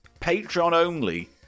Patreon-only